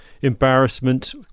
embarrassment